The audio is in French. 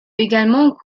également